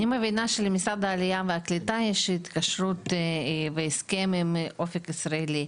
אני מבינה שלמשרד העלייה והקליטה יש התקשרות והסכם עם אופק ישראלי,